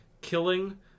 killing